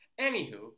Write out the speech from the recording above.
Anywho